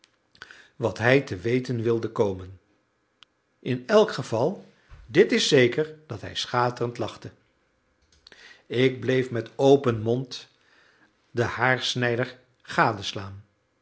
wat hij te weten wilde komen in elk geval dit is zeker dat hij schaterend lachte ik bleef met open mond den haarsnijder gadeslaan